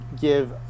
give